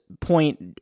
point